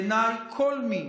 בעיניי כל מי